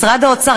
משרד האוצר,